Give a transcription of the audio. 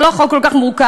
זה לא חוק כל כך מורכב.